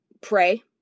pray